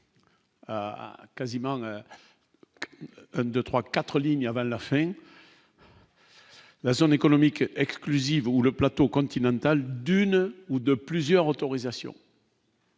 Quasiment 2, 3, 4 lignes avant la fin. La zone économique exclusive ou le plateau continental d'une ou de plusieurs autorisations.